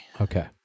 Okay